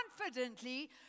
confidently